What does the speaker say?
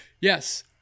Yes